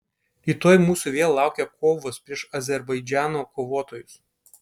rytoj mūsų vėl laukia kovos prieš azerbaidžano kovotojus